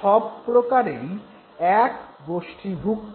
সব প্রকারেই এক গোষ্ঠীভুক্ত